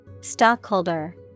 Stockholder